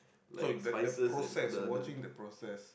so the the process watching the process